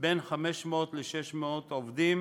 בין 500 ל-600 עובדים